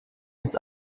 ist